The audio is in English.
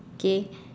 okay